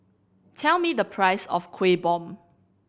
tell me the price of Kueh Bom